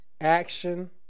action